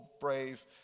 brave